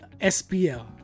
SPL